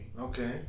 Okay